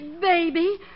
baby